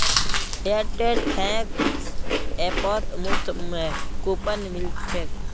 Airtel thanks ऐपत मुफ्त coupon मिल छेक